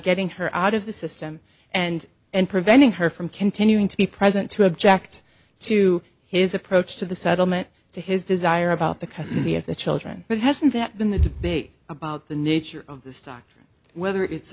getting her out of the system and and preventing her from continuing to be present to object to his approach to the settlement to his desire about the custody of the children but hasn't that been the debate about the nature of the stock whether it's